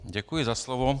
Děkuji za slovo.